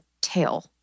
tail